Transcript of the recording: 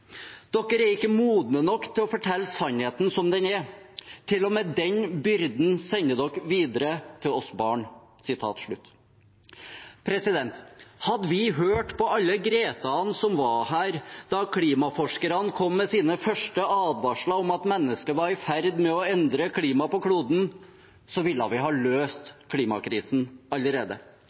dere videre til oss barn.» Hadde vi hørt på alle Greta-ene som var her da klimaforskerne kom med sine første advarsler om at mennesket var i ferd med å endre klimaet på kloden, ville vi ha løst klimakrisen allerede.